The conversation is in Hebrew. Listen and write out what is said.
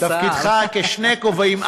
אז בתפקידך בשני כובעים,